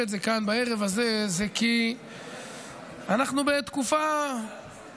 את זה כאן בערב הזה היא כי אנחנו בתקופה קשה,